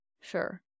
Sure